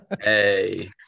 hey